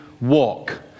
walk